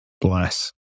Bless